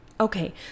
Okay